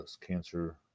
cancer